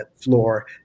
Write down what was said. floor